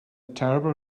terrible